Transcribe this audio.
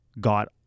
got